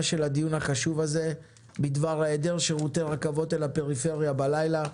של הדיון הזה בדבר היעדר שירותי רכבות אל הפריפריה בלילה,